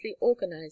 organized